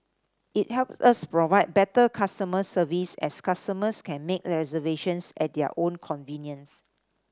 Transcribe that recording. it help us provide better customer service as customers can make reservations at their own convenience